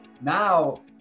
now